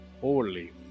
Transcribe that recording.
Holy